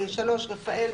(3)רפא"ל,